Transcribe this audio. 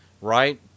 right